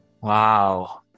Wow